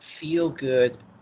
feel-good